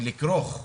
ולכרוך,